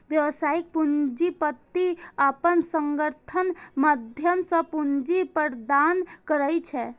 व्यावसायिक पूंजीपति अपन संगठनक माध्यम सं पूंजी प्रदान करै छै